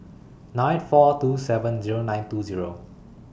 nine four two seven Zero nine two Zero